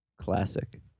Classic